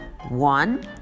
One